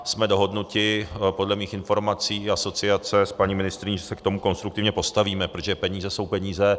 Jsme dohodnuti, podle mých informací, asociace s paní ministryní, že se k tomu konstruktivně postavíme, protože peníze jsou peníze.